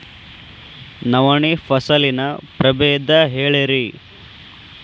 ನವಣಿ ಫಸಲಿನ ಪ್ರಭೇದ ಹೇಳಿರಿ